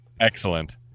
Excellent